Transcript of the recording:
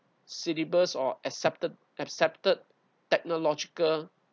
syllabus or accepted accepted technological